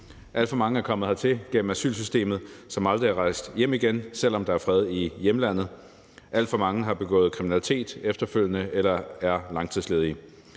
Alt for mange er kommet hertil gennem asylsystemet, som aldrig er rejst hjem igen, selv om der er fred i hjemlandet, alt for mange har begået kriminalitet efterfølgende eller er langtidsledige.